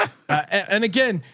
and again,